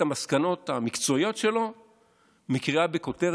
פי כמה.